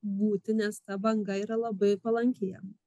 būti nes ta banga yra labai palanki jam